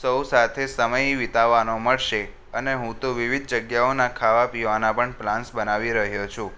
સૌ સાથે સમય વિતાવાનો મળશે અને હું તો વિવિધ જગ્યાઓના ખાવા પીવાના પણ પ્લાન્સ બનાવી રહ્યો છું